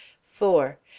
four.